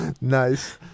Nice